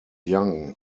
young